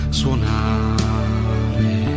suonare